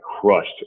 crushed